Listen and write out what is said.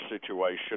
situation